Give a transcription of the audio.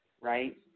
right